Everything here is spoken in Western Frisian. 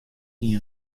hie